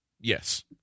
Yes